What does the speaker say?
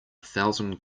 thousand